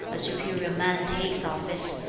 a superior man takes office,